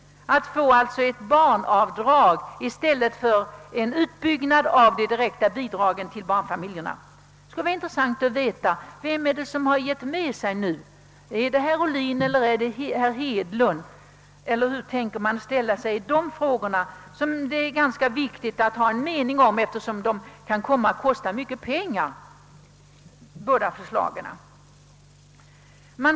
Man skulle alltså kunna vänta förslag om ett barnavdrag i stället för en utbyggnad av de direkta bidragen till barnfamiljerna. Det skulle vara intressant att veta vem det är som här får ge med sig. är det herr Ohlin eller är det herr Hedlund? Hur tänker man ställa sig i dessa frågor, om vilka det är ganska viktigt att ha en mening, eftersom båda förslagen kan komma att kosta mycket pengar?